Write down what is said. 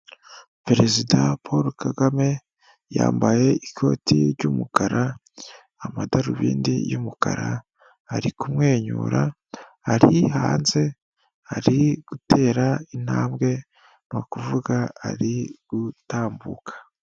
Perezida Paul Kagame yambaye ikoti ry'umukara, amadarubindi y'umukara ari kumwenyura, ari hanze ari gutera intambwe, ni ukuvuga ari gutambuka.